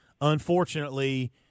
unfortunately